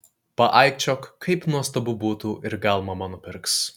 paaikčiok kaip nuostabu būtų ir gal mama nupirks